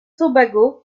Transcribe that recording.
tobago